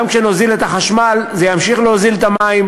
גם כשנוזיל את החשמל זה ימשיך להוזיל את המים,